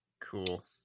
Cool